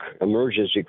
emergency